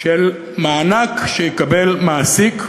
של מענק שיקבל מעסיק,